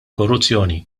korruzzjoni